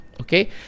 okay